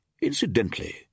Incidentally